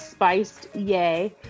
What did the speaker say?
SPICEDYAY